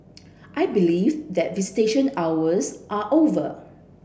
I believe that visitation hours are over